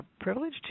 privilege